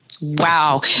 Wow